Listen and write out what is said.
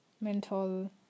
mental